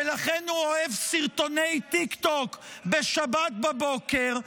ולכן הוא אוהב סרטוני טיקטוק בשבת בבוקר.